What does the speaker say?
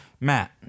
Matt